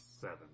seven